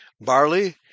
Barley